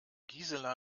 gisela